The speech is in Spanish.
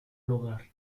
lugar